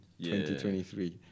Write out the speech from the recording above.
2023